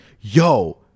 Yo